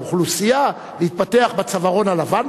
האוכלוסייה להתפתח בצווארון הלבן,